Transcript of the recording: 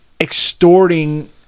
extorting